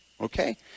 okay